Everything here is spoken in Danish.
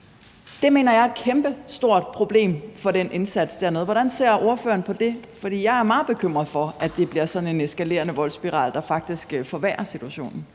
Det mener jeg er et kæmpestort problem for den indsats dernede. Hvordan ser ordføreren på det? For jeg er meget bekymret for, at det bliver sådan en eskalerende voldsspiral, der faktisk forværrer situationen.